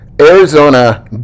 Arizona